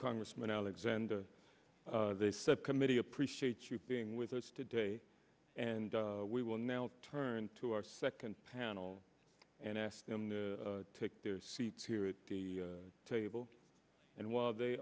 congressman alexander they subcommittee appreciate you being with us today and we will now turn to our second panel and ask them to take their seats here at the table and while they